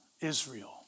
Israel